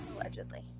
Allegedly